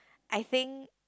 I think